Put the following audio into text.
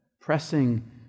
pressing